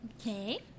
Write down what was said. Okay